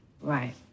Right